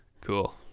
cool